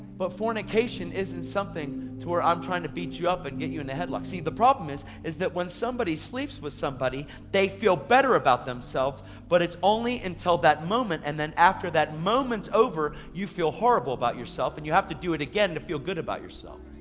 but fornication isn't something to where i'm trying to beat you up and get you in and a headlock. see the problem is is that when somebody sleeps with somebody they feel better about themselves but it's only until that moment and then after that moments over you feel horrible about yourself, and you have to do it again to feel good about yourself.